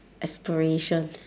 aspirations